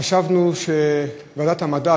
חשבנו שוועדת המדע,